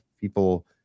people